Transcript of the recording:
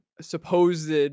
supposed